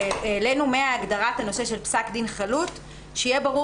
העלינו מהגדרת הנושא של פסק דין חלוט שיהיה ברור